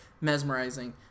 mesmerizing